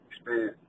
expand